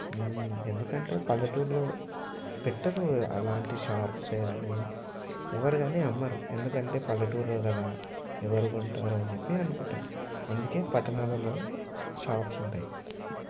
ఎందుకంటే పల్లెటూర్లో పెట్టరు అలాంటి షాప్సే కానీ ఎవరు కానీ అమ్మరు ఎందుకంటే పల్లెటూరు కదా ఎవరు కొంటారు అని చెప్పి అనుకుంటారు అందుకే పట్టణాలలో షాప్స్ ఉంటాయి